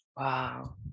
Wow